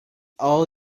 all